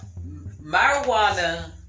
marijuana